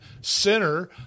Center